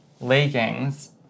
leggings